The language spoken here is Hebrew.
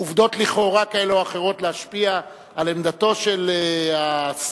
לעובדות לכאורה כאלה או אחרות להשפיע על עמדתו של השר,